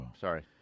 sorry